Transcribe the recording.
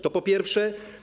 To po pierwsze.